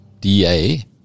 DA